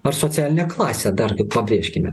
ar socialinę klasę dargi pabrėžkime